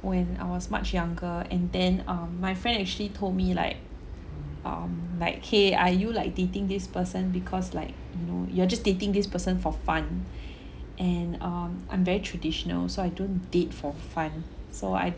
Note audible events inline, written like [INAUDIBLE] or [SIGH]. when I was much younger and then um my friend actually told me like um like !hey! are you like dating this person because like you know you're just dating this person for fun [BREATH] and um I'm very traditional so I don't date for fun so I